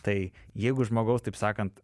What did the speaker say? tai jeigu žmogaus taip sakant